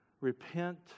repent